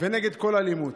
ונגד כל אלימות,